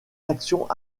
actions